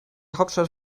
hauptstadt